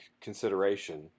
consideration